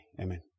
Amen